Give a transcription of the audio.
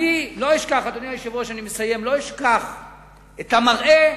אדוני היושב-ראש, אני לא אשכח את המראה